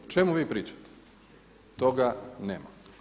O čemu vi pričate toga nema.